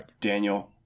Daniel